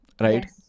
right